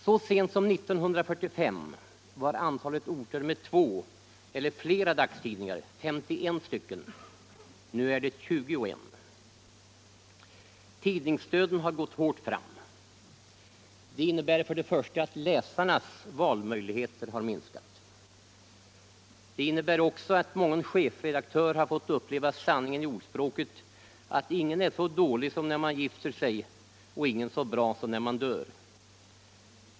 Så sent som 1945 var antalet orter med två eller flera dagstidningar 51 stycken; nu är det 21. Tidningsdöden har gått hårt fram. Det innebär till att börja med att läsarnas valmöjligheter har minskat. Det innebär också att mången chefredaktör har fått uppleva sanningen i ordspråket: Ingen är så dålig som när han gifter sig och ingen så bra som när han dör.